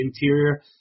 interior